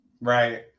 Right